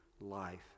life